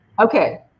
Okay